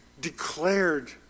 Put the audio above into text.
declared